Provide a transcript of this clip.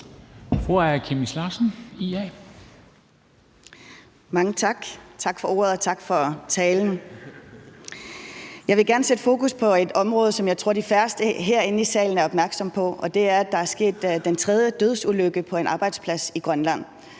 Mange tak for ordet, og tak for talen. Jeg vil gerne sætte fokus på et område, som jeg tror de færreste herinde i salen er opmærksomme på, og det er, at der er sket den tredje dødsulykke på en arbejdsplads i Grønland.